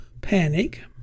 panic